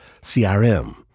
CRM